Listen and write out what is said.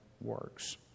works